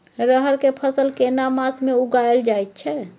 रहर के फसल केना मास में उगायल जायत छै?